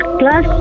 class